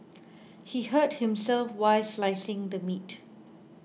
he hurt himself while slicing the meat